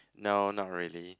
no not really